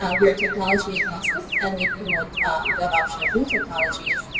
ah we are technology diagnostic and we promote adaption of new technologies,